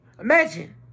Imagine